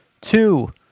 Two